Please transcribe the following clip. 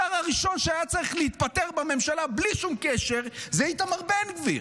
השר הראשון שהיה צריך להתפטר מהממשלה בלי שום קשר הוא איתמר בן גביר.